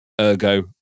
ergo